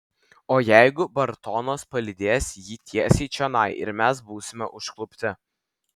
o jeigu bartonas palydės jį tiesiai čionai ir mes būsime užklupti